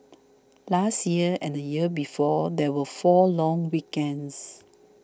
last year and the year before there were four long weekends